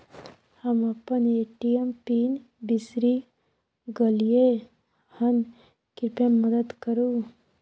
हम अपन ATM pin बिसरि गलियै हन, कृपया मदद करु